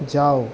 যাও